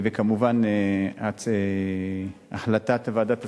וכמובן, החלטת ועדת השרים,